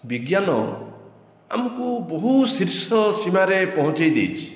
ବିଜ୍ଞାନ ଆମକୁ ବହୁ ଶୀର୍ଷ ସୀମାରେ ପହଞ୍ଚାଇ ଦେଇଛି